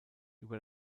über